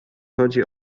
chodzi